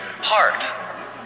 heart